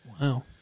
Wow